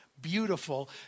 beautiful